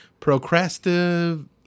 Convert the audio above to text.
procrastive